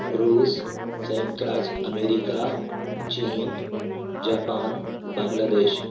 रूस संयुक्त राज्य अमेरिका चीन जापान बांग्लादेश